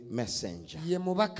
messenger